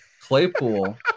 Claypool